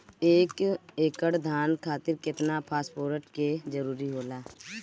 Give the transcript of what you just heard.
एक एकड़ धान खातीर केतना फास्फोरस के जरूरी होला?